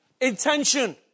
intention